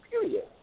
period